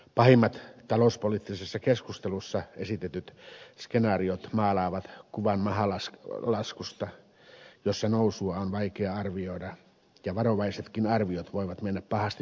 pahimmat talouspoliittisessa keskustelussa esitetyt skenaariot maalaavat kuvan mahalaskusta jossa nousua on vaikea arvioida ja varovaisetkin arviot voivat mennä pahasti pöpelikköön